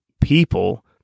people